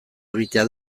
egitea